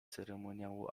ceremoniału